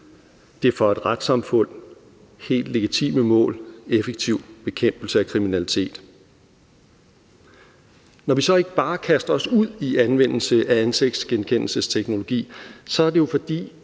det for et retssamfund helt legitime mål, nemlig effektiv bekæmpelse af kriminalitet. Når vi så ikke bare kaster os ud i anvendelse af ansigtsgenkendelsesteknologi, er det jo, fordi